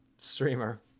streamer